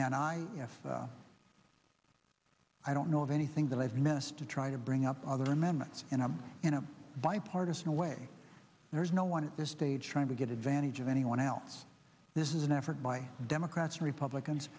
guess i don't know of anything that i've missed to try to bring up other amendments and i'm in a bipartisan way there's no one at this stage trying to get advantage of anyone else this is an effort by democrats republicans